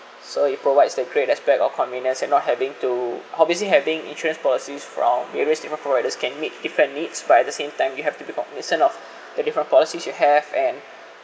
so it provides that great aspect of convenience and not having to obviously having insurance policies from various different providers can meet different needs but at the same time you have to be more understand of the different policies you have and